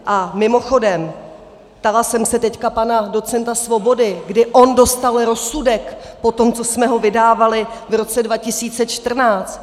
A mimochodem ptala jsem se teďka pana docenta Svobody, kdy on dostal rozsudek po tom, co jsme ho vydávali v roce 2014.